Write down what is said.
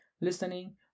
listening